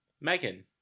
Megan